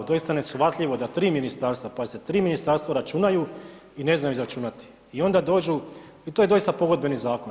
Doista neshvatljivo da 3 ministarstva, pazite 3 ministarstva računaju i ne znaju izračunati i onda dođu i to je doista pogodbeni zakon.